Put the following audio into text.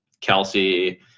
Kelsey –